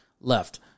left